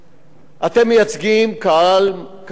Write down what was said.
אתם מייצגים קהל, קהל מצביעים.